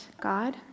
God